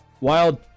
wild